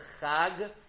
Chag